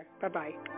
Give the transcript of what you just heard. Bye-bye